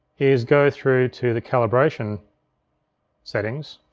is go through to the calibration settings.